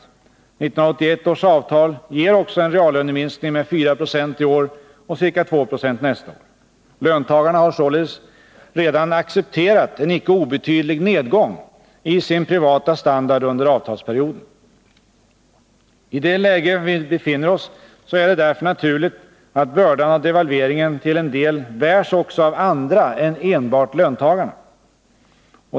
1981 års avtal ger också en reallöneminskning med 4 96 i år och ca 2 96 nästa år. Löntagarna har således redan accepterat en icke obetydlig nedgång i sin privata standard under avtalsperioden. I det läge som vi befinner oss i är det därför naturligt att bördan av devalveringen till en del bärs också av andra än enbart löntagarna.